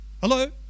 Hello